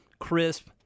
crisp